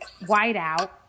whiteout